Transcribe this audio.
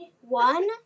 one